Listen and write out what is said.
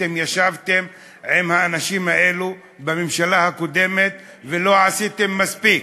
אתם ישבתם עם האנשים האלה בממשלה הקודמת ולא עשיתם מספיק.